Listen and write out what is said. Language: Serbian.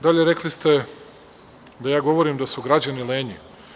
Dalje, rekli ste da ja govorim da su građani lenji.